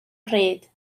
pryd